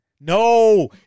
no